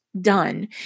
done